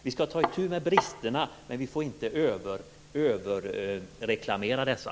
Vi skall ta itu med bristerna, men vi får inte överreklamera dessa.